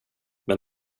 men